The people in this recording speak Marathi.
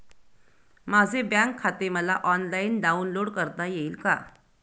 माझे बँक खाते मला ऑनलाईन डाउनलोड करता येईल का?